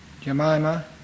Jemima